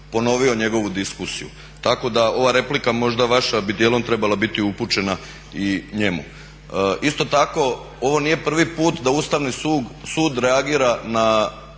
ponovio njegovu diskusiju tako da ova replika možda vaša bi dijelom trebala biti upućena i njemu. Isto tako ovo nije prvi put da Ustavni sud reagira na